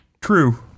True